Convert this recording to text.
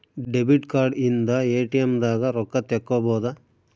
debit card ಇಂದ ATM ದಾಗ ರೊಕ್ಕ ತೆಕ್ಕೊಬೋದು